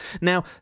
Now